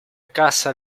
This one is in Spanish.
caza